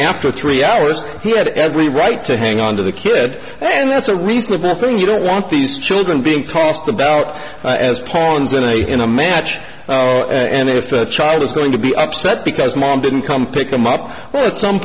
after three hours he had every right to hang on to the kid and that's a reasonable thing you don't want these children being tossed about as pawns in a in a match and if a child is going to be upset because mom didn't come pick them up at some